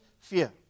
fear